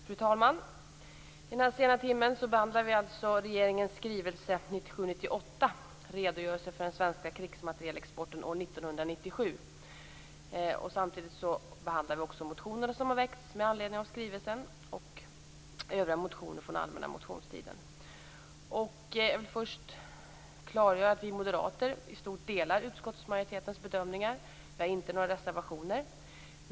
Fru talman! I denna sena timme behandlar vi alltså regeringens skrivelse 1997/98:147 Redogörelse för den svenska krigsmaterielexporten år 1997. Samtidigt behandlar vi motioner som har väckts med anledning av skrivelsen och även motioner från allmänna motionstiden. Först vill jag klargöra att vi moderater i stort delar utskottsmajoritetens bedömningar. Vi har inte fogat några reservationer.